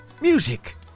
music